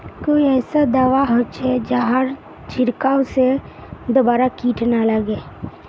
कोई ऐसा दवा होचे जहार छीरकाओ से दोबारा किट ना लगे?